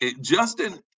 Justin